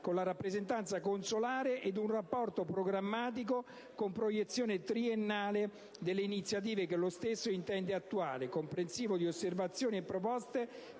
con la rappresentanza consolare e un rapporto programmatico, con proiezione triennale, delle iniziative che lo stesso intende attuare, comprensivo di osservazioni e proposte